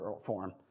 form